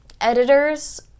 editors